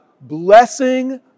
blessing